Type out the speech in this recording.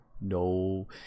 no